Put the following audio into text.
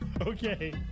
Okay